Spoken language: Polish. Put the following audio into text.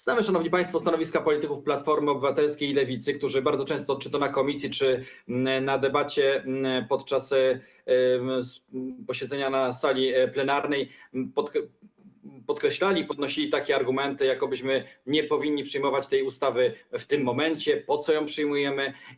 Znamy, szanowni państwo, stanowiska polityków Platformy Obywatelskiej i Lewicy, którzy bardzo często czy to na posiedzeniu komisji, czy w debacie w czasie posiedzenia na sali plenarnej, podkreślali, podnosili argumenty, jakobyśmy nie powinni przyjmować tej ustawy w tym momencie, pytali, po co ją przyjmujemy.